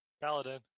Paladin